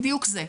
בדיוק זה.